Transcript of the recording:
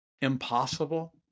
impossible